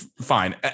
fine